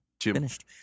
Finished